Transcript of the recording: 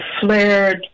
flared